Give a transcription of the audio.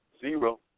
Zero